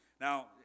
Now